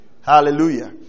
hallelujah